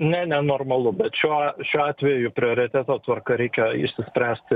ne nenormalu bet šiuo šiuo atveju prioriteto tvarka reikia spręsti